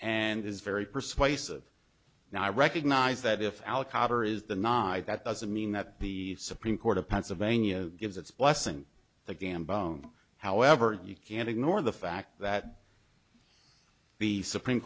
and is very persuasive now i recognize that if al qaida is the night that doesn't mean that the supreme court of pennsylvania gives its blessing the gamble ome however you can ignore the fact that the supreme